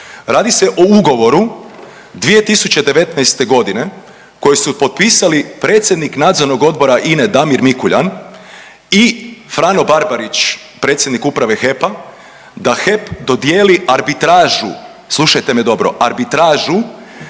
radi se o ugovoru 2019. godine koji su potpisali predsjednik nadzornog odbora INE Damir Mikuljan i Frano Barbarić predsjednik Uprave HEP-a da HEP dodijeli arbitražu, slušajte me dobro arbitražu